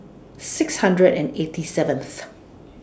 six hundred and eighty seventh